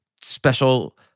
special